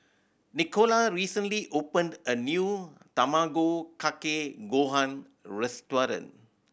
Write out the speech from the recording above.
Nicola recently opened a new Tamago Kake Gohan restaurant